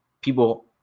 people